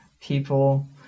people